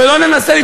ולא ננסה לבנות,